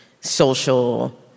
social